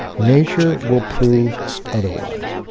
nature will prove otherwise.